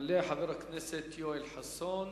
יעלה חבר הכנסת יואל חסון.